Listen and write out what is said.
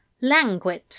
languid